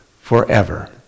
forever